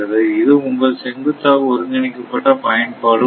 இது உங்கள் செங்குத்தாக ஒருங்கிணைக்கப்பட்ட பயன்பாடு 1